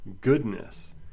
goodness